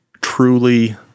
truly